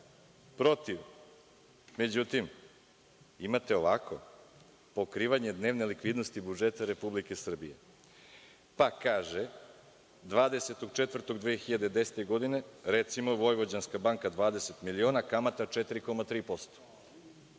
protiv.Međutim, imate ovako, pokrivanje dnevne likvidnosti budžeta Republike Srbije, pa kaže: 20. aprila 2010. godine, recimo, Vojvođanska banka 20 miliona, kamata 4,3%;